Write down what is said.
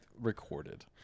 recorded